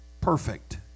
perfect